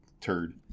Turd